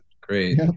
Great